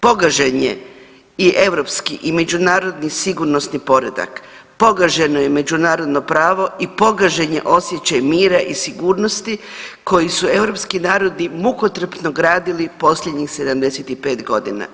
Pogažen je i europski i međunarodni sigurnosni poredak, pogaženo je međunarodno pravo i pogažen je osjećaj mira i sigurnosti koji su europski narodni mukotrpno gradili posljednjih 75 godina.